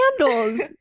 candles